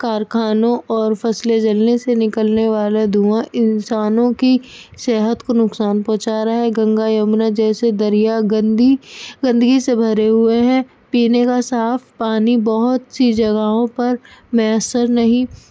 کارخانوں اور فصلیں جلنے سے نکلنے والا دھواں انسانوں کی صحت کو نقصان پہنچا رہا ہے گنگا یمنا جیسے دریا گندی گندگی سے بھرے ہوئے ہیں پینے کا صاف پانی بہت سی جگہوں پر میسر نہیں